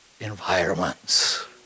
environments